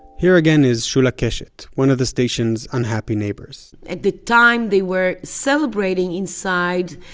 here again is shula keshet, one of the station's unhappy neighbors. at the time, they were celebrating inside,